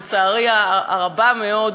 לצערי הרב מאוד,